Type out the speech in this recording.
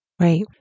Right